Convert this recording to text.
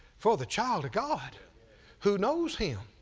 for the child of god who knows him,